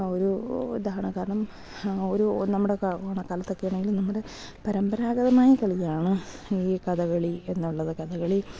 ഒരു ഇതാണ് കാരണം ഒരു നമ്മുടെ ഓണക്കാലത്തൊക്കെയാണെങ്കിൽ നമ്മുടെ പരമ്പരാഗതമായ കളിയാണ് ഈ കഥകളി എന്നുള്ളത് കഥകളി